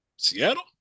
Seattle